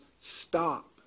stop